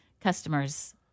customers